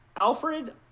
Alfred